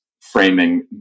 framing